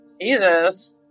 Jesus